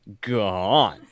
gone